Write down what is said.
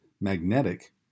magnetic